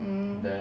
mm